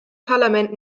parlament